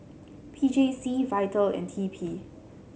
P J C Vital and T P